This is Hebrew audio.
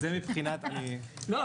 לא,